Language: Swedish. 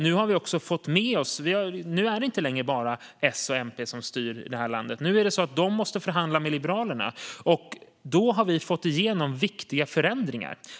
Nu är det inte längre bara S och MP som styr landet, utan de måste förhandla med Liberalerna, som har fått igenom viktiga förändringar.